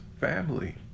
family